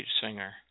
singer